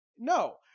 No